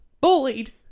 bullied